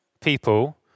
people